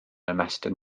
ymestyn